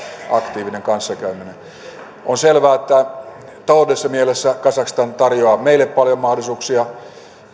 aktiivinen kanssakäyminen on selvää että taloudellisessa mielessä kazakstan tarjoaa meille paljon mahdollisuuksia